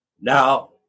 Now